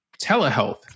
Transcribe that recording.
telehealth